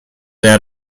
out